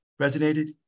resonated